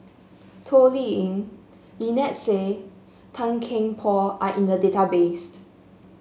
Toh Liying Lynnette Seah Tan Kian Por are in the database